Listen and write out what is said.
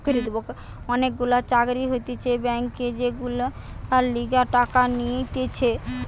অনেক গুলা চাকরি হতিছে ব্যাংকে যেগুলার লিগে টাকা নিয়ে নিতেছে